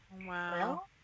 Wow